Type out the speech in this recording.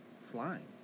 Flying